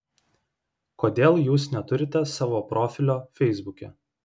kodėl jūs neturite savo profilio feisbuke